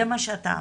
זה מה שאתה אמרת.